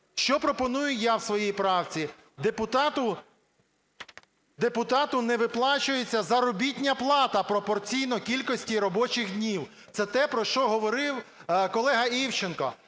Що пропоную я в своїй правці? Депутату не виплачується заробітна плата пропорційно кількості робочих днів – це те, про що говорив колега Івченко.